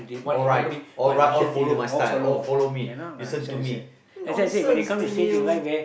alright alright all follow my style all follow me listen to me nonsense man you